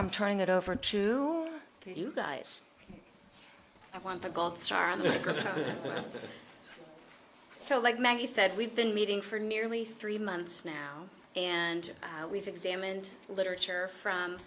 i'm trying that over to you guys i want a gold star so like maggie said we've been meeting for nearly three months now and we've examined literature from